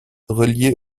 relié